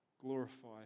glorify